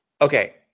Okay